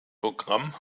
programm